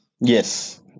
Yes